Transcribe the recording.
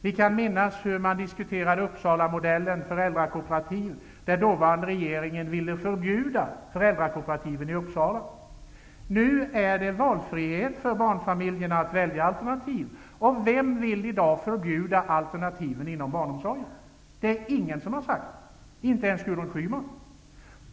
Vi kan minnas hur Uppsalamodellen med föräldrakooperativ diskuterades och hur den dåvarande regeringen ville förbjuda föräldrakooperativen i Uppsala. Nu finns valfriheten för barnfamiljerna att välja alternativ. Vem vill i dag förbjuda alternativen inom barnomsorgen? Det önskemålet har ingen framfört, inte ens Gudrun Schyman.